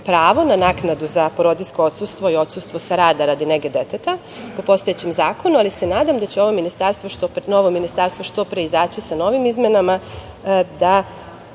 pravo na naknadu za porodiljsko odsustvo i odsustvo sa rada radi nege deteta po postojećem zakonu, ali se nadam da će ovo novo ministarstvo što pre izaći sa novim izmenama, da